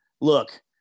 look